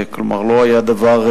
כלומר זה לא היה דבר,